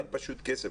אין פשוט כסף.